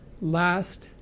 last